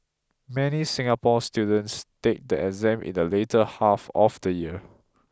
many Singapore students take the exam in the later half of the year